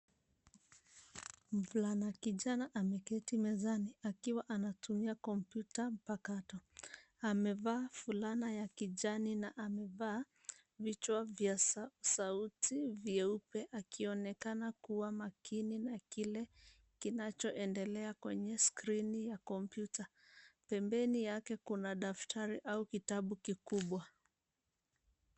Mvulana kijana ameketi mezani akiwa anatumia kompyuta mpakato. Amevaa fulana ya kijani na amevaa vichwa vya sauti vyeupe akionekana kuwa makini na kile kinachoendelea kwenye skrini ya kompyuta. Pembeni yake kuna daftari au kitabu kikubwa.